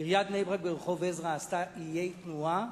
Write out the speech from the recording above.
עיריית בני-ברק עשתה ברחוב עזרא איי תנועה